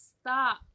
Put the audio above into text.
stop